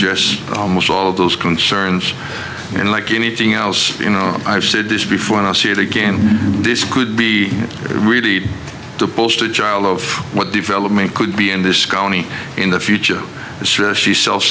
address almost all of those concerns and like anything else you know i've said this before and i'll say it again this could be really the poster child of what development could be in this county in the future she self